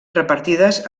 repartides